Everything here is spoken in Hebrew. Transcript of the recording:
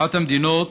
אחת המדינות